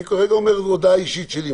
אני כרגע אומר הודעה אישית שלי.